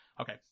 Okay